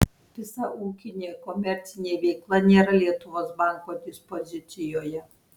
visa ūkinė komercinė veikla nėra lietuvos banko dispozicijoje